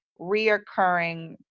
reoccurring